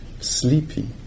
sleepy